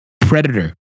predator